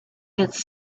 its